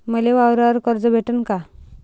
मले वावरावर कर्ज भेटन का?